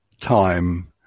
time